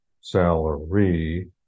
salary